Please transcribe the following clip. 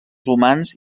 humans